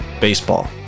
baseball